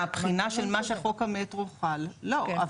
מהבחינה של מה שחוק המטרו חל, לא.